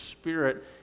Spirit